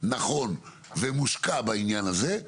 נכון ומושקע בעניין הזה,